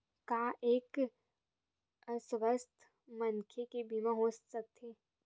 का एक अस्वस्थ मनखे के बीमा हो सकथे?